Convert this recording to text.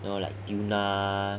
you know like tuna